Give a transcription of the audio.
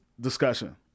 discussion